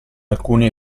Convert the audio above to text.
alcuni